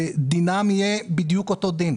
שדינם יהיה בדיוק אותו דין.